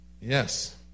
yes